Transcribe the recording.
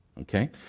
Okay